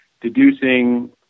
deducing